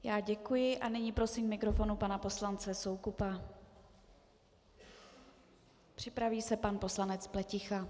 Já děkuji a nyní prosím k mikrofonu pana poslance Soukupa, připraví se pan poslanec Pleticha.